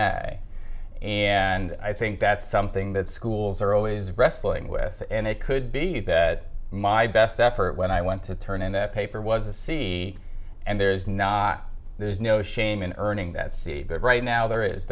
nag and i think that's something that schools are always wrestling with and it could be that my best effort when i went to turn in that paper was a c and there's not there's no shame in earning that c but right now there is